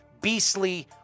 beastly